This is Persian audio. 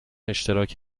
اشتراک